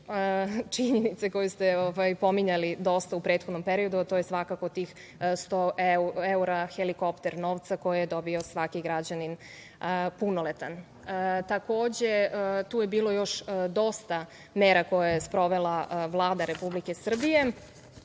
činjenica koju ste pominjali dosta u prethodnom periodu, a to je svakako tih 100 evra, helikopter novca koji je dobio svaki punoletan građanini. Takođe, tu je bilo još dosta mera koje je sprovela Vlada Republike